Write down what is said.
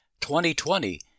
2020